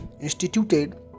instituted